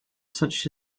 such